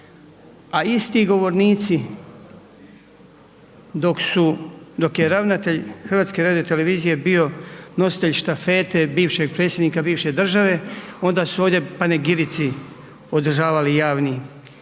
A isti govornici dok je ravnatelj HRT-a bio nositelj štafete bivšeg predsjednika bivše države, onda su ovdje panegirici održavali javni